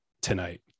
tonight